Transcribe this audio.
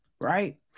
Right